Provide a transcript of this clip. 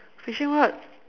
fishing rod